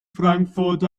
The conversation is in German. frankfurt